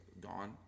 gone